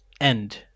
end